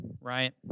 right